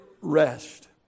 rest